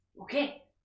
Okay